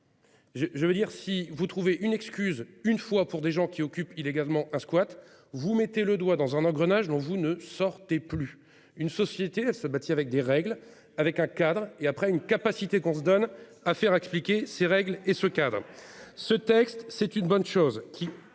je veux dire, si vous trouvez une excuse une fois pour des gens qui occupe illégalement un squat. Vous mettez le doigt dans un engrenage dont vous ne sortez plus une société se bâtit avec des règles avec un cadre et après une capacité qu'on se donne à faire appliquer ces règles et ce cave ce texte, c'est une bonne chose